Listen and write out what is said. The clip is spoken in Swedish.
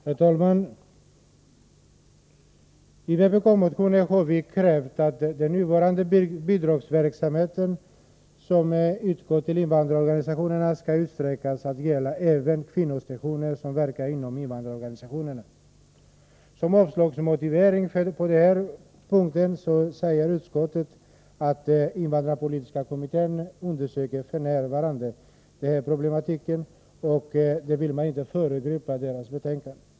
Herr talman! I vpk-motionen har vi krävt att den nuvarande bidragsverksamheten till invandrarorganisationerna skall utsträckas till att gälla även kvinnosektioner som verkar inom invandrarorganisationerna. Som motivering till sitt avstyrkande av detta förslag anför utskottet att invandrarpolitiska kommittén f. n. undersöker denna problematik och att man inte vill föregripa kommitténs betänkande.